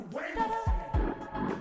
Wednesday